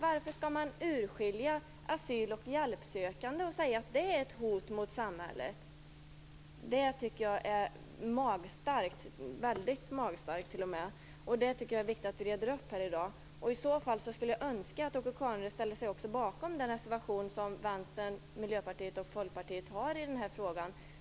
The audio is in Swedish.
Varför skall man urskilja asyl och hjälpsökande och säga att de utgör ett hot mot samhället? Jag tycker att det är väldigt magstarkt. Det är viktigt att vi reder upp detta i dag. Jag önskar att Åke Carnerö ställer sig bakom den reservation som Vänstern, Miljöpartiet och Folkpartiet har i denna fråga.